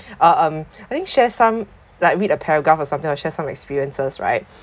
uh um I think share some like read a paragraph or something or share some experiences right